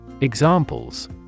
Examples